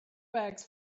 bags